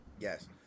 Yes